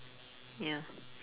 ya